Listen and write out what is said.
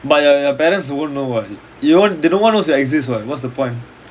but yo~ your your parents won't know [what] you won't no one knows you exist [what] what's the point